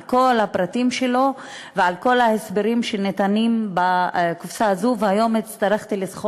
על כל הפרטים שלו ועל כל ההסברים שניתנים בקופסה הזאת.